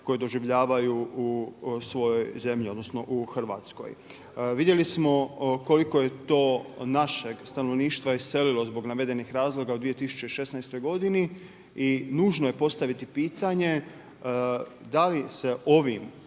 koje doživljavaju u svojoj zemlji, odnosno u Hrvatskoj. Vidjeli smo koliko je to našeg stanovništva iselilo zbog navedenih razloga u 2016. godini i nužno je postaviti pitanje da li se ovim